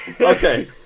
Okay